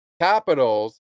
Capitals